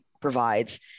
provides